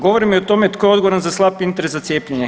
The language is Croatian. Govorimo i o tome tko je odgovoran za slab interes za cijepljenje.